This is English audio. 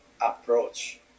approach